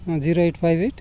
ହଁ zero eight five eight